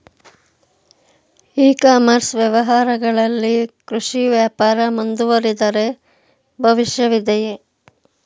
E commerce ವ್ಯವಹಾರಗಳಲ್ಲಿ ಕೃಷಿ ವ್ಯಾಪಾರ ಮುಂದುವರಿದರೆ ಭವಿಷ್ಯವಿದೆಯೇ?